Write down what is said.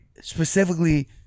specifically